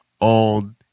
old